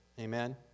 Amen